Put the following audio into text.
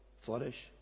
flourish